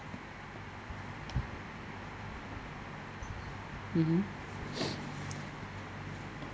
mmhmm